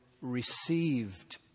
received